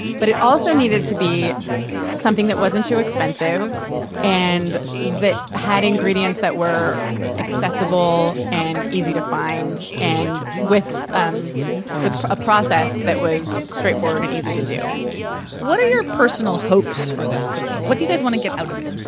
but it also needed to be something that wasn't too expensive and that had ingredients that were accessible, and easy to find, and with um with a process that was straightforward and easy to do what are your personal hopes for this cookbook? what do you guys want to get out of it?